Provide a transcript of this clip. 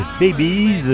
Babies